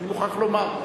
אני מוכרח לומר.